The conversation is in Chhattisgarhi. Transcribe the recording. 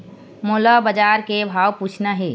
मोला बजार के भाव पूछना हे?